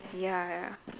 ya ya